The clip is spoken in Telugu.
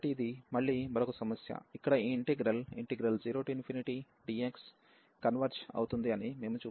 కాబట్టి ఇది మళ్ళీ మరొక సమస్య ఇక్కడ ఈ ఇంటిగ్రల్ 0dx కన్వెర్జ్ అవుతుంది అని మేము చూపిస్తాము